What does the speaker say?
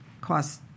cost